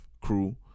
crew